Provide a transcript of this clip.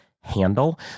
handle